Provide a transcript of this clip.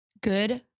good